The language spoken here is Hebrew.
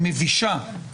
מבישה.